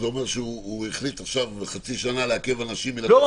זה אומר שהוא החליט עכשיו חצי שנה לעכב אנשים מלקבל רישיונות -- חלילה,